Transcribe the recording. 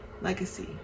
legacy